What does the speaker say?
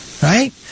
Right